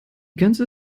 ganze